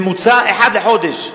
ממוצע, אחד לחודש.